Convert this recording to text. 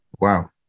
Wow